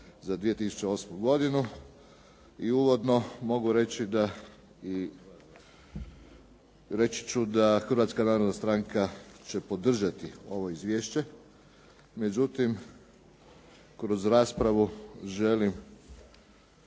za 2008. godinu. I uvodno mogu reći da Hrvatska narodna stranka će podržati ovo izvješće. Međutim, kroz raspravu želim